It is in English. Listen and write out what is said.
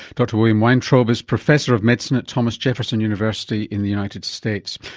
sort of william weintraub is professor medicine at thomas jefferson university in the united states.